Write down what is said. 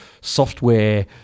software